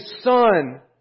son